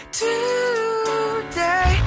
today